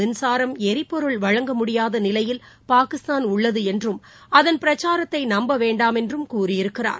மின்சாரம் எரிபொருள் வழங்க முடியாதநிலையில் பாகிஸ்தான் உள்ளதூஎன்றும் அதன் பிரச்சாரத்தைநம்பவேண்டாம் என்றும் கூறியிருக்கிறார்